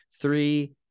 three